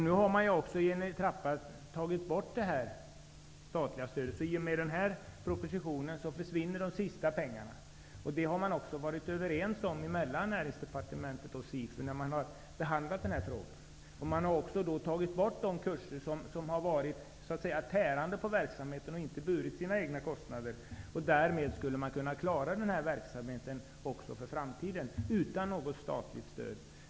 Nu har ju det statliga stödet stegvis tagits bort. I och med den här propositionen försvinner de sista pengarna. Det har Näringsdepartementet och SIFU varit överens om i samband med behandlingen av den här frågan. Kurser som har varit tärande på verksamheten och som inte burit sina egna kostnader har tagits bort. Därmed skulle man kunna klara denna verksamhet också i framtiden, utan statligt stöd.